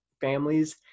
families